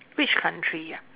which country ah